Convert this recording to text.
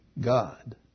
God